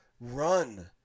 run